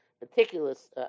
meticulous